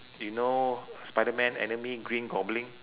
you know spiderman enemy green goblin